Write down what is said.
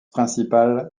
principal